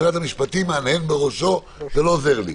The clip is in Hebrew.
משרד המשפטים מהנהן בראשו לא עוזר לי.